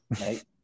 Right